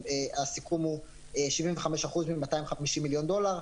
שהסיכום הוא 75% מ-250 מיליון דולר,